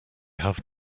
have